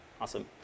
Awesome